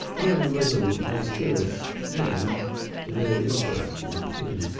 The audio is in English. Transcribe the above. their resolute high spirits and their interest in him.